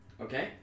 Okay